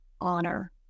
honor